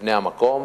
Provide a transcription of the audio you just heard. לבני המקום,